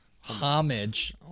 Homage